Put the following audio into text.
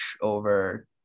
over –